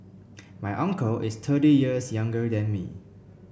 my uncle is thirty years younger than me